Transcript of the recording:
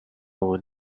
will